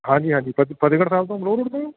ਹਾਂਜੀ ਹਾਂਜੀ ਫ ਫਤਿਹਗੜ੍ਹ ਸਾਹਿਬ ਤੋਂ